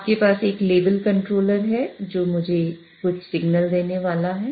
आपके पास एक लेवल कंट्रोलर भी है जो मुझे सिग्नल देने वाला है